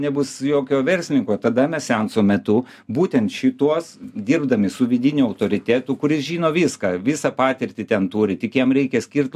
nebus jokio verslininko tada mes seanso metu būtent šituos dirbdami su vidiniu autoritetu kuris žino viską visą patirtį ten turi tik jam reikia skirt